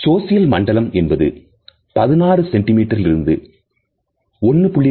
சோசியல்மண்டலம் என்பது 16 சென்டி மீட்டரில் இருந்து 1